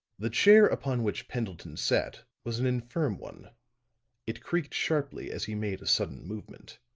the chair upon which pendleton sat was an infirm one it creaked sharply as he made a sudden movement.